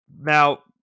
Now